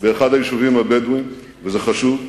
באחד היישובים הבדואיים, וזה חשוב,